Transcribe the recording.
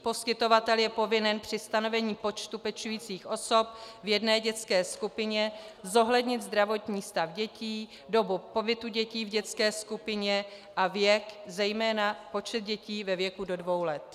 Poskytovatel je povinen při stanovení počtu pečujících osob v jedné dětské skupině zohlednit zdravotní stav dětí, dobu pobytu dětí v dětské skupině a věk, zejména počet dětí ve věku do dvou let.